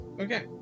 Okay